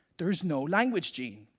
there's no language gene,